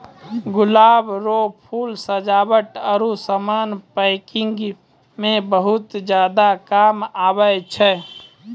गुलाब रो फूल सजावट आरु समान पैकिंग मे बहुत ज्यादा काम आबै छै